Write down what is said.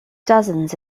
dozens